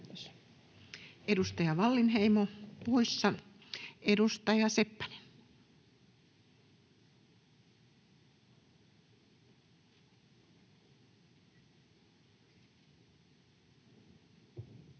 Edustaja Wallinheimo, poissa. — Edustaja Seppänen. [Speech